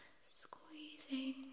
squeezing